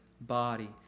body